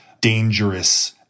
dangerous